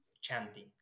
chanting